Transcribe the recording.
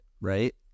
right